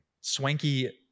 swanky